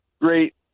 great